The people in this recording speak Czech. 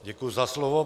Děkuji za slovo.